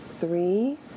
three